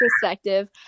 perspective